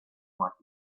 might